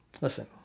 listen